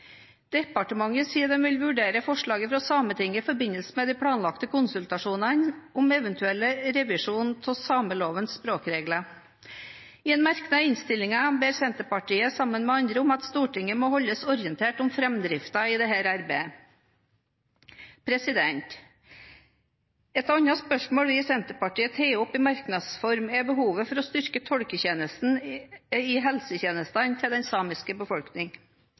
Departementet sier de vil vurdere forslaget fra Sametinget i forbindelse med de planlagte konsultasjonene om eventuell revisjon av samelovens språkregler. I en merknad i innstillingen ber Senterpartiet sammen med andre partier om at Stortinget må holdes orientert om framdriften i dette arbeidet. Et annet spørsmål vi i Senterpartiet tar opp i merknads form, er behovet for å styrke tolketjenesten i helsetjenestene til den samiske befolkning.